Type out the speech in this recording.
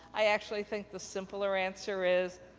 i actually think the simpler answer is,